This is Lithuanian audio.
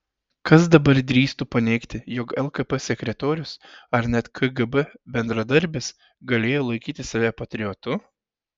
kas dabar drįstų paneigti jog lkp sekretorius ar net kgb bendradarbis galėjo laikyti save patriotu